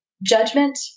Judgment